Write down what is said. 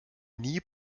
nie